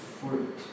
fruit